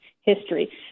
history